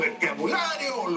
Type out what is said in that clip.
vocabulario